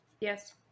Yes